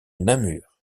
namur